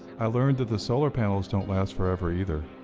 i learned that the solar panels don't last forever, either.